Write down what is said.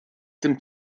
dem